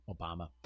Obama